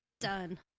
Done